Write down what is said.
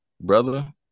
Brother